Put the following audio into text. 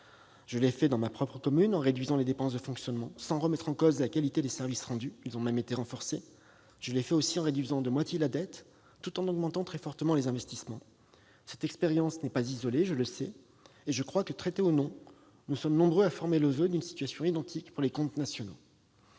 Je l'ai fait dans ma propre commune, en réduisant les dépenses de fonctionnement sans remettre en cause la qualité des services rendus- ceux-ci ont même été renforcés. Je l'ai fait aussi en réduisant de moitié la dette, tout en augmentant très fortement les investissements. Cette expérience n'est pas isolée, je le sais, et je crois que, traité ou non, nous sommes nombreux à former le voeu d'une situation identique pour les comptes nationaux.